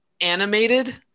animated